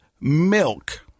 milk